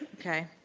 okay.